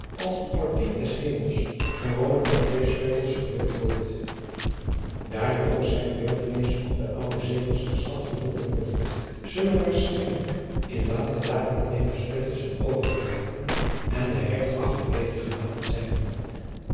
als de poortier des emels gewoonlijk met twee sleutels verbeeld wordt aar nu ook zijne beeldtenis op de oude zegels der stad gevondeu wordt zullen waarschijnelijk in later dagen alleen de sleutels zijn overgebleven en de eilig achterwege gelaten zijn